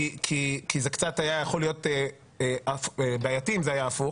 כי זה קצת היה יכול להיות בעייתי אם זה היה הפוך